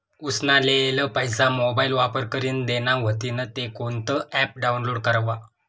उसना लेयेल पैसा मोबाईल वापर करीन देना व्हतीन ते कोणतं ॲप डाऊनलोड करवा?